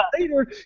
later